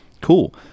Cool